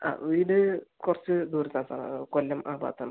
ആ വീട് കുറച്ച് ദൂരത്താണ് സാർ അത് കൊല്ലം ആ ഭാഗത്ത് ആണ്